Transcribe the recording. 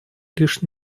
лишь